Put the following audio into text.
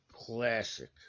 Classic